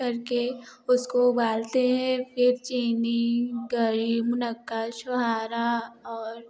करके उसको उबालते हैं फिर चीनी गरी मुनक्का छुहाड़ा और